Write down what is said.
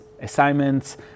assignments